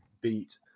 beat